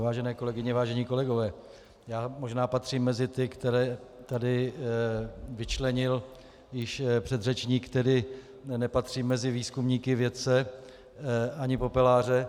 Vážené kolegyně, vážení kolegové, možná patřím mezi ty, které tady vyčlenil již předřečník, tedy nepatřím mezi výzkumníky, vědce ani popeláře.